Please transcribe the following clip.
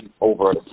over